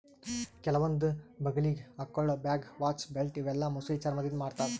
ಕೆಲವೊಂದ್ ಬಗಲಿಗ್ ಹಾಕೊಳ್ಳ ಬ್ಯಾಗ್, ವಾಚ್, ಬೆಲ್ಟ್ ಇವೆಲ್ಲಾ ಮೊಸಳಿ ಚರ್ಮಾದಿಂದ್ ಮಾಡ್ತಾರಾ